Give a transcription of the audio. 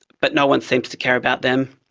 but no one seems to care about them.